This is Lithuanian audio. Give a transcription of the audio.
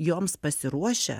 joms pasiruošia